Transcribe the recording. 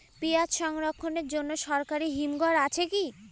পিয়াজ সংরক্ষণের জন্য সরকারি হিমঘর আছে কি?